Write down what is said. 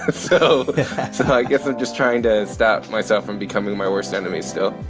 ah so i guess i'm just trying to stop myself from becoming my worst enemy. still